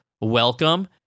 welcome